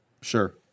Sure